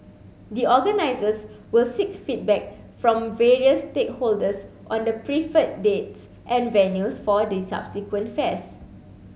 the organisers will seek feedback from various stakeholders on the preferred dates and venues for the subsequent fairs